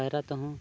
ᱯᱟᱭᱨᱟ ᱛᱮᱦᱚᱸ